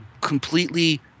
Completely